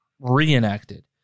reenacted